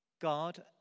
God